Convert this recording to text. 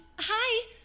Hi